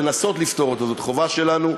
לנסות לפתור אותו זאת חובה שלנו,